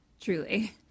truly